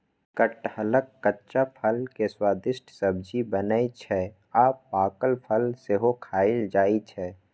कटहलक कच्चा फल के स्वादिष्ट सब्जी बनै छै आ पाकल फल सेहो खायल जाइ छै